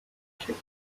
kittens